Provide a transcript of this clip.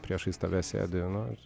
priešais tave sėdi nu ir